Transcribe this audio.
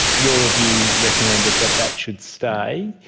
your review recommended that that should stay.